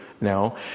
now